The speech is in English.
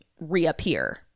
reappear